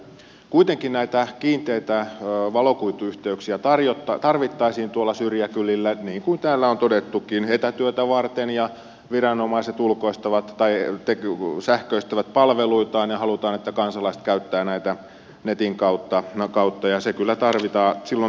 kuitenkin näitä kiinteitä valokuituyhteyksiä tarvittaisiin tuolla syrjäkylillä niin kuin täällä on todettukin etätyötä varten ja viranomaiset sähköistävät palveluitaan ja halutaan että kansalaiset käyttävät näitä netin kautta ja silloin tarvitaan näitä laajakaistayhteyksiä